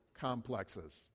complexes